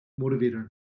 motivator